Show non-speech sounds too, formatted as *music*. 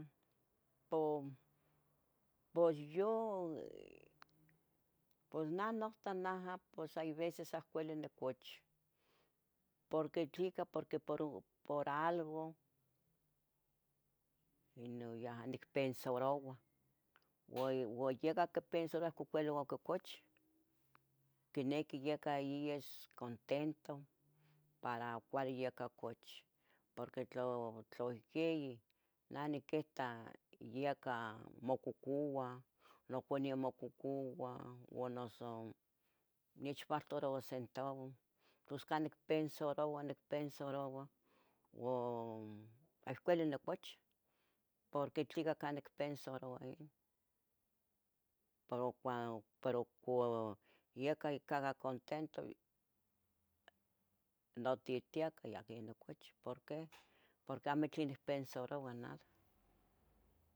Po, pues yo pos neh nohta naha, pos hay veces ahcuili uili nicochi, porque tlica por por algo, ino yaha nicpensaroua uan yaca quipensaroua *noise* ahcu ahcuili cochi quiniqui yaca iyas contento para cuali yaca cochi, porque tla, tla ihqui, neh niquita yaca mococuah, noconeu mococoua, noso nechfaltaroua centavuo tos ca nicpensaroua, nicpensaroua, ua ahcuili nicochi porque tlica ca nicpensaroua ino, puro cua pero cua yaca cah contento, notihtieca yaca nicochi, porque, porque amo tlen nicpensaroua nada